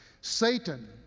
Satan